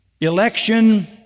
Election